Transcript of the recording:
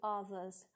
others